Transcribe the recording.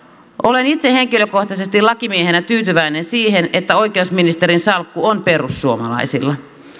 olen itse henkilökohtaisesti lakimiehenä tyytyväinen siihen että oikeusministerin salkku on perussuomalaisilla